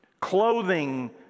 clothing